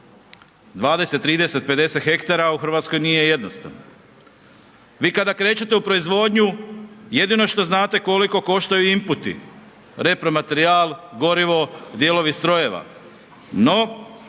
20, 30, 50 hektara u RH nije jednostavno. Vi kada krećete u proizvodnju jedino što znate koliko koštaju imputi, repromaterijal, gorivo, dijelovi strojeva, no